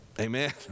Amen